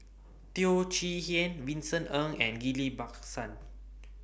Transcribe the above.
Teo Chee Hean Vincent Ng and Ghillie BaSan